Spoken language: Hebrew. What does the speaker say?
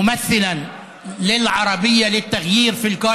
נציג של תע"ל ברשימה המשותפת.